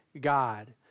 God